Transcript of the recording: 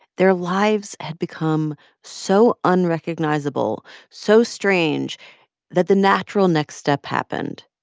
their lives had become so unrecognizable, so strange that the natural next step happened.